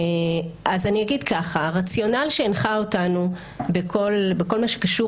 אז אני אגיד ככה: הרציונל שהנחה אותנו בכל מה שקשור